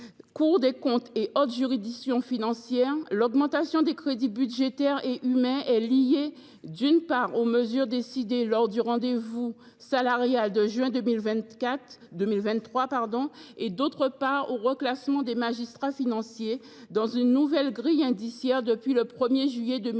Cour des comptes et autres juridictions financières », l’augmentation des crédits budgétaires et humains est liée, d’une part, aux mesures décidées lors du rendez vous salarial de juin 2023 et, d’autre part, au reclassement des magistrats financiers dans une nouvelle grille indiciaire depuis le 1 juillet 2023,